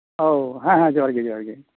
ᱳ ᱦᱮᱸ ᱡᱚᱦᱟᱨᱜᱮ ᱡᱚᱦᱟᱨᱜᱮ